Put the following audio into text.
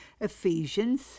Ephesians